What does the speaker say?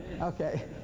okay